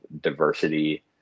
diversity